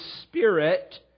Spirit